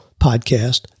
podcast